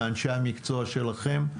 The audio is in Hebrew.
מאנשי המקצוע שלכם,